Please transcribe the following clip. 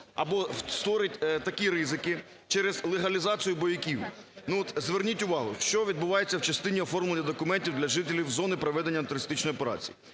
або створить такі ризики через легалізацію бойовиків. Ну, от, зверніть увагу, що відбувається в частині оформлення документів для жителів зони проведення антитерористичної операції.